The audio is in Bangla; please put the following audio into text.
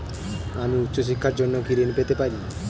আমি উচ্চশিক্ষার জন্য কি ঋণ পেতে পারি?